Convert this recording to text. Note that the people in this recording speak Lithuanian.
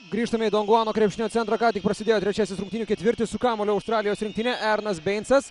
grįžtame į donguano krepšinio centrą ką tik prasidėjo trečiasis rungtynių ketvirtis su kamuoliu australijos rinktinė eronas beincas